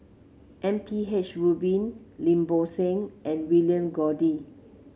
M P H Rubin Lim Bo Seng and William Goode